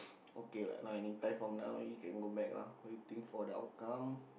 okay ah now anytime from now you can go back lah waiting for the outcome